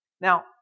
Now